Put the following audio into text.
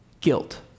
guilt